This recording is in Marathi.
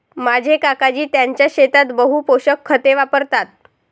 माझे काकाजी त्यांच्या शेतात बहु पोषक खते वापरतात